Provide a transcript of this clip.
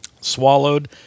swallowed